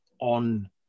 on